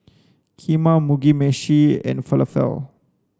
Kheema Mugi meshi and Falafel